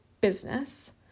business